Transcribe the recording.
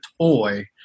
toy